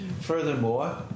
Furthermore